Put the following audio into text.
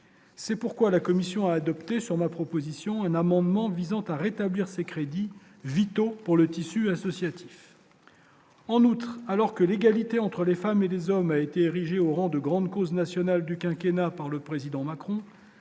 c'est pourquoi la Commission adoptée sur ma proposition, un amendement visant à rétablir ses crédits vitaux pour le tissu associatif. En outre, alors que l'égalité entre les femmes et les hommes a été érigée au rang de grande cause nationale du quinquennat par le président Macron